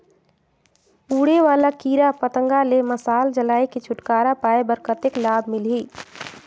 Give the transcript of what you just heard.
उड़े वाला कीरा पतंगा ले मशाल जलाय के छुटकारा पाय बर कतेक लाभ मिलही?